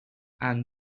amb